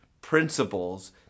principles